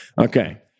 Okay